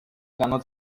cannot